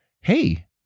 Hey